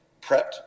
prepped